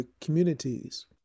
communities